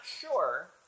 sure